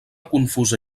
confusa